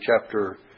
chapter